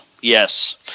yes